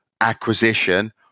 Acquisition